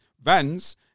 vans